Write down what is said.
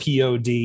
POD